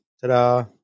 Ta-da